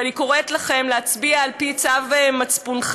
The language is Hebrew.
ואני קוראת לכם להצביע על-פי צו מצפונכם,